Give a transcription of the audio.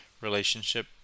relationship